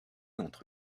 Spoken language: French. entre